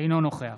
אינו נוכח